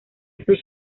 sus